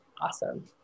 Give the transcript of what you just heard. Awesome